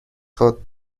خود